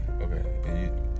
okay